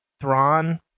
Thrawn